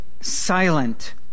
silent